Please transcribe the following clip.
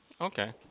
Okay